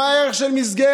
מה הערך של מסגרת,